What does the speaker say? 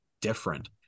different